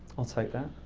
i'll take that,